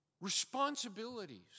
responsibilities